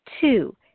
Two